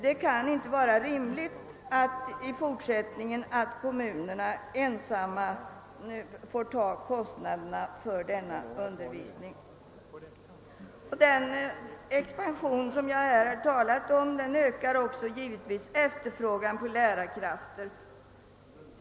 Det kan inte vara rimligt att kommunerna i fortsättningen ensamma skall få bära kostnaderna för denna undervisning. Den ex pansion jag här talat om ökar givetvis efterfrågan på lärarkrafter.